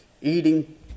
Eating